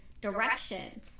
direction